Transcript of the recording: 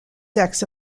sex